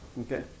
Okay